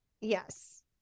Yes